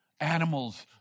Animals